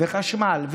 חשמל,